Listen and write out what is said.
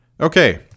Okay